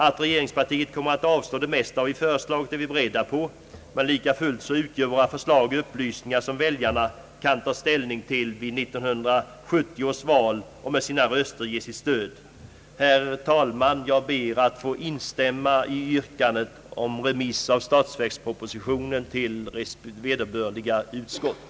Att regeringspartiet kommer att avslå det mesta av vad vi föreslagit är vi beredda på, men likafullt utgör våra förslag upplysningar som väljarna kan ta ställning till vid 1970 års val och med sina röster ge sitt stöd till. Herr talman! Jag ber att få instämma i yrkandet om remiss av statsverkspropositionen till vederbörliga utskott.